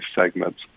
segments